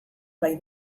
gai